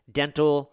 dental